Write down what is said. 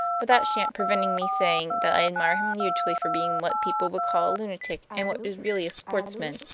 but that shan't prevent me saying that i admire him hugely for being what people would call a lunatic and what is really a sportsman.